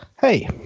Hey